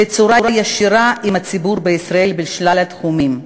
בצורה ישירה עם הציבור בישראל בשלל התחומים: